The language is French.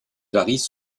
varient